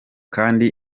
kandi